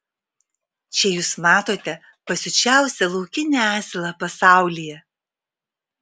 čia jūs matote pasiučiausią laukinį asilą pasaulyje